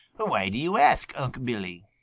why do you ask, unc' billy?